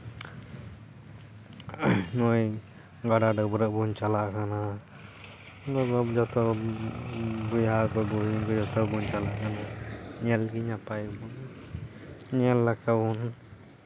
ᱱᱚᱜᱼᱚᱭ ᱜᱟᱰᱟ ᱰᱟᱹᱵᱽᱨᱟᱹᱜ ᱵᱚᱱ ᱪᱟᱞᱟᱜ ᱠᱟᱱᱟ ᱟᱵᱚ ᱡᱚᱛᱚ ᱵᱚᱭᱦᱟ ᱠᱚ ᱱᱮᱣᱛᱟ ᱵᱚᱱ ᱪᱟᱞᱟᱜ ᱠᱟᱱᱟ ᱧᱮᱞ ᱜᱮ ᱱᱟᱯᱟᱭ ᱵᱚᱱ ᱧᱮᱞ ᱞᱮᱠᱟ ᱵᱚᱱ